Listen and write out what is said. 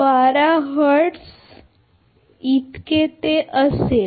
012 hertz बरोबर